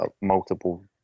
multiple